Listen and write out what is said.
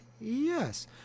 Yes